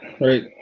right